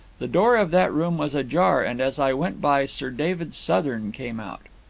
the door of that room was ajar, and as i went by sir david southern came out.